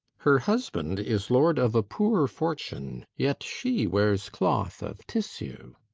her husband is lord of a poor fortune, yet she wears cloth of tissue.